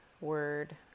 word